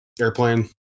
airplane